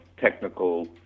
technical